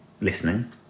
listening